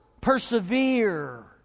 persevere